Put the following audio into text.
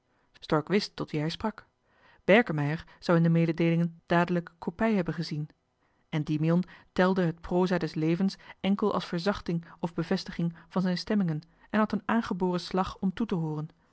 stork wist tot wien hij sprak berkemeier zou in de mededeelingen dadelijk kopy hebben gezien endymion telde het proza des levens enkel als verzachting of bevestiging van zijn stemmingen en had een aangeboren slag om toe te hooren